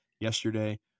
Yesterday